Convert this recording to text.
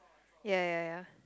ya ya ya